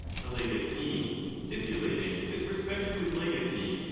the legatee stipulating with respect to his legacy,